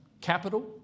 Capital